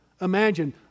imagine